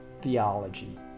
theology